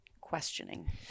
questioning